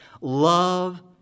Love